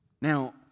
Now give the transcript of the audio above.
Now